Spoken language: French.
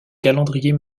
calendrier